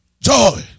Joy